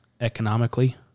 economically